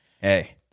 Hey